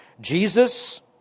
Jesus